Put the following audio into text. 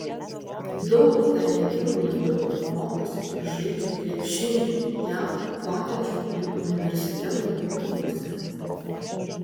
daug talentingų lietuvių mokosi ir žaidžia krepšinį jav kotedžų ir universitetų klubuose